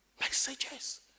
Messages